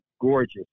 gorgeous